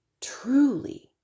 truly